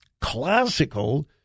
classical